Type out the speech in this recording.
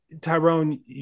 Tyrone